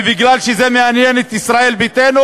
ומכיוון שזה מעניין את ישראל ביתנו,